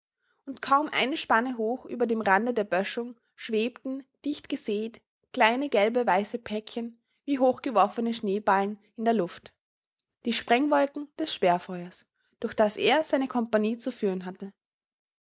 und kaum eine spanne hoch über dem rande der böschung schwebten dicht gesät kleine gelb weiße päckchen wie hochgeworfene schneeballen in der luft die sprengwolken des sperrfeuers durch das er seine kompagnie zu führen hatte